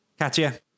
Katya